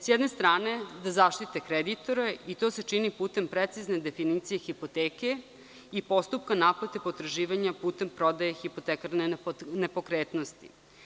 Sa jedne strane da zaštite kreditore i to se čini putem precizne definicije hipoteke i postupka naplate potraživanja putem prodaje hipotekarne nepokretnosti.